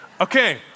Okay